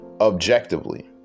objectively